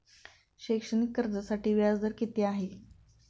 शैक्षणिक कर्जासाठी व्याज दर किती आहे?